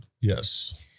Yes